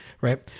right